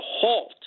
halt